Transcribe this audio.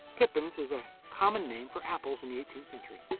pippins is a common name for apples in the eighteenth century.